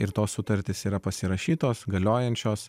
ir tos sutartys yra pasirašytos galiojančios